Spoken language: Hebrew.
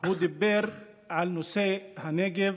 הוא דיבר על נושא הנגב